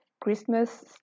Christmas